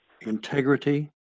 Integrity